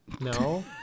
No